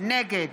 נגד